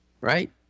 right